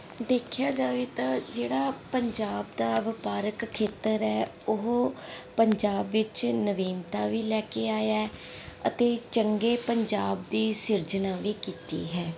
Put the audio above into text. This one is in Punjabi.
ਦੇਖਿਆ ਜਾਵੇ ਤਾਂ ਜਿਹੜਾ ਪੰਜਾਬ ਦਾ ਵਪਾਰਕ ਖੇਤਰ ਹੈ ਉਹ ਪੰਜਾਬ ਵਿੱਚ ਨਵੀਨਤਾ ਵੀ ਲੈ ਕੇ ਆਇਆ ਅਤੇ ਚੰਗੇ ਪੰਜਾਬ ਦੀ ਸਿਰਜਨਾ ਵੀ ਕੀਤੀ ਹੈ